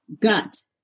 gut